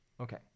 Okay